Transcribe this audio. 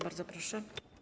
Bardzo proszę.